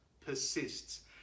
persists